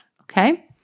Okay